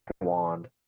wand